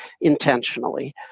intentionally